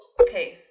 Okay